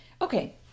Okay